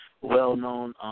well-known